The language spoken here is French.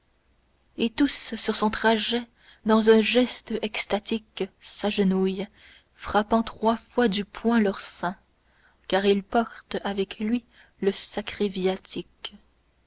et tous sur son trajet dans un geste extatique s'agenouillent frappant trois fois du poing leur sein car il porte avec lui le sacré viatique